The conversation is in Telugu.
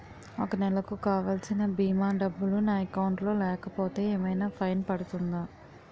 ఒక నెలకు కావాల్సిన భీమా డబ్బులు నా అకౌంట్ లో లేకపోతే ఏమైనా ఫైన్ పడుతుందా?